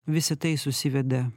visa tai susiveda